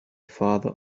father